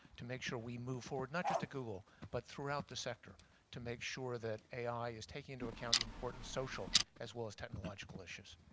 to make sure we move forward not just at google but throughout the sector to make sure that ai is taking into account the important social as well as technological issues.